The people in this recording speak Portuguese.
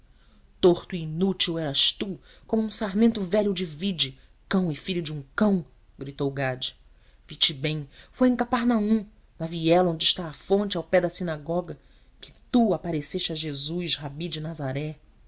e inútil eras tu como um sarmento velho de vide cão e filho de um cão gritou gade vite bem foi em cafarnaum na viela onde está a fonte ao pé da sinagoga que tu apareceste a jesus rabi de nazaré